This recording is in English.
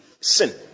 sin